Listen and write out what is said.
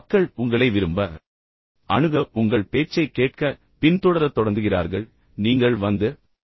மக்கள் உங்களை விரும்பத் தொடங்குகிறார்கள் மக்கள் உங்களை அணுகத் தொடங்குகிறார்கள் மக்கள் உங்கள் பேச்சைக் கேட்கத் தொடங்குகிறார்கள் மக்கள் உங்களைப் பின்தொடர்கிறார்கள்